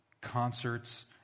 concerts